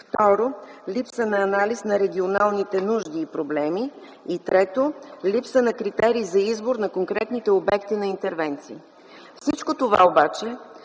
2. липса на анализ на регионалните нужди и проблеми; 3. липса на критерий за избор на конкретните обекти на интервенции. Всичко това обаче,